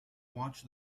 watch